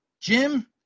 Jim